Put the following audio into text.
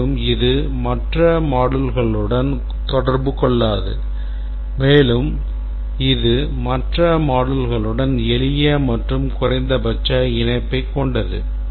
மேலும் இது மற்ற moduleகளுடன் தொடர்பு கொள்ளாது மேலும் இது மற்ற moduleகளுடன் எளிய மற்றும் குறைந்தபட்ச இணைப்பை கொண்டது